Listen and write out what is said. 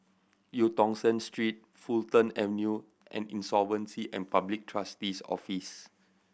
Eu Tong Sen Street Fulton Avenue and Insolvency and Public Trustee's Office